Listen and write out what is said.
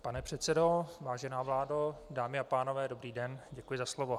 Pane předsedo, vážená vládo, dámy a pánové, dobrý den a děkuji za slovo.